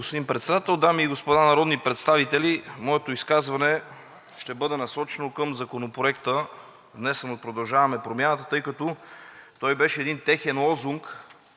господин Председател. Дами и господа народни представители, моето изказване ще бъде насочено към Законопроекта, внесен от „Продължаваме Промяната“, тъй като той беше един техен лозунг